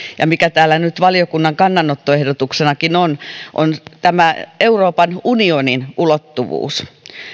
ja mikä täällä nyt valiokunnan kannanottoehdotuksenakin on on euroopan unionin ulottuvuus